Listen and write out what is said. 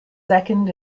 second